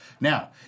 Now